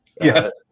Yes